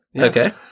Okay